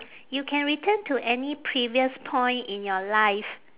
you can return to any previous point in your life